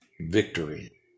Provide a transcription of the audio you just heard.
victory